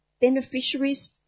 beneficiaries